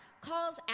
calls